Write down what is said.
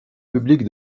public